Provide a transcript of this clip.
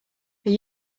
are